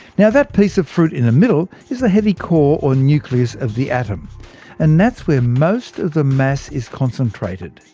now that piece of fruit in the middle is the heavy core or nucleus of the atom and that's where most of the mass is concentrated.